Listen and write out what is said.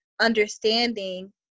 understanding